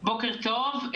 בוקר טוב.